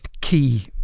key